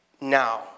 now